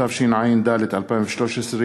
התשע"ד 2013,